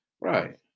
Right